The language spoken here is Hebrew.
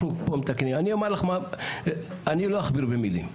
אני לא אכביר במילים,